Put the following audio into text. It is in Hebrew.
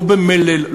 לא במלל,